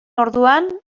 orduan